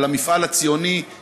על המפעל הציוני,